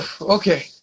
Okay